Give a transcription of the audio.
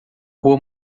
rua